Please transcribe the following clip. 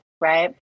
right